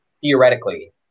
theoretically